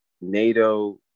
NATO